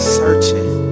searching